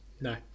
No